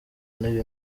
ntebe